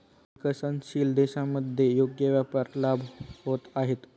विकसनशील देशांमध्ये योग्य व्यापार लाभ होत आहेत